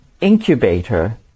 incubator